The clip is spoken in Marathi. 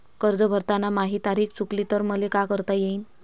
कर्ज भरताना माही तारीख चुकली तर मले का करता येईन?